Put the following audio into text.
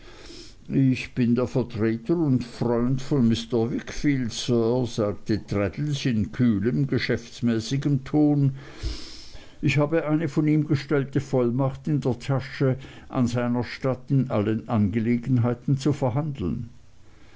ich bin der vertreter und freund von mr wickfield sir sagte traddles in kühlem geschäftsmäßigem ton ich habe eine von ihm ausgestellte vollmacht in der tasche an seiner statt in allen angelegenheiten zu verhandeln